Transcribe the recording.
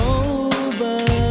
over